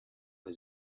his